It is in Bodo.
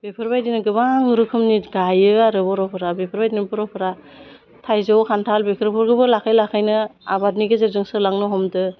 बेफोरबायदिनो गोबां रोखोमनि गायो आरो बर'फ्रा बेफोरबायदिनो बर'फ्रा थाइजौ खान्थाल बेफोरखौबो लासै लासैनो आबादनि गेजेरजों सोलांनो हमदों